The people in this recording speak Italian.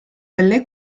delle